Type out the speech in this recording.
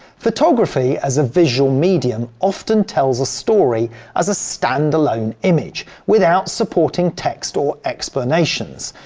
photography as a visual medium often tells a story as a standalone image without supporting text or explanations.